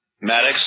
Maddox